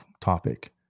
topic